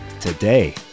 today